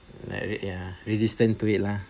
married ya resistance to it lah